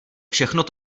všechno